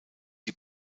die